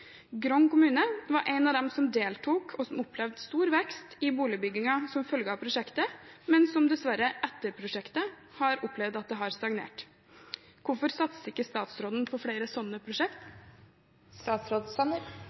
som deltok, og som opplevde stor vekst i boligbyggingen som følge av prosjektet, men som dessverre etter prosjektet har opplevd at det har stagnert. Hvorfor satser ikke statsråden på flere sånne prosjekt?